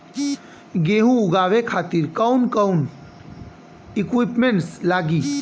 गेहूं उगावे खातिर कौन कौन इक्विप्मेंट्स लागी?